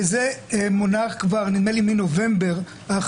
זה מונח, נדמה לי כבר מנובמבר האחרון.